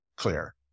clear